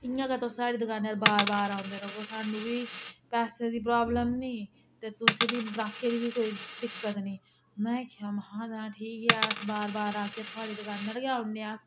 इयां गै तुस साढ़ी दकानै र बार बार औंदे रवो सानूं बी पैसे दी प्राब्लम नी ते तुसें बी ग्राहके दी बी कोई दिक्कत नी में आखेआ महां तां ठीक अस बार बार आह्गे थुआढ़ी दकानै'र गै औन्ने अस